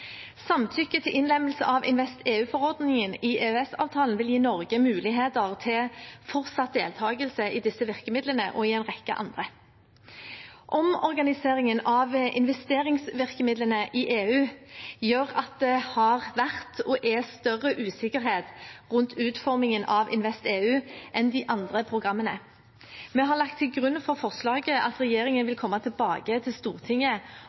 Samtykke til innlemmelse av InvestEU-forordningen i EØS-avtalen vil gi Norge muligheter til fortsatt deltakelse i disse virkemidlene og i en rekke andre. Omorganiseringen av investeringsvirkemidlene i EU gjør at det har vært og er større usikkerhet rundt utformingen av InvestEU enn de andre programmene. Vi har lagt til grunn for forslaget at regjeringen vil komme tilbake til Stortinget